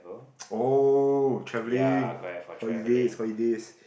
oh travelling holidays holidays